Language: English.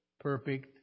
perfect